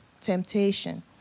temptation